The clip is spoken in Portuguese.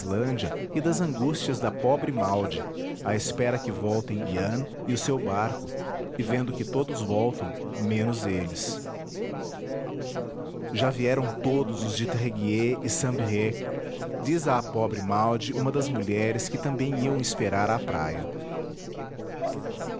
e das angústias da pobre maud à espera que voltem yann e o seu barco e vendo que todos voltam menos eles já vieram todos os de tréguier e saint brieuc diz à pobre maud uma das mulheres que também iam esperar à praia